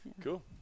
Cool